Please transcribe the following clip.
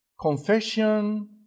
confession